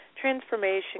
transformation